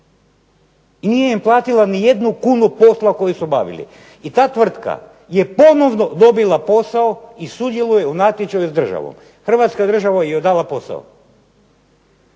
nije im platila ni jednu kunu posla koji su obavili i ta tvrtka je ponovno dobila posao i sudjeluje u natječaju s državom, Hrvatska država joj je dala posao.